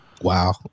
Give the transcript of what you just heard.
wow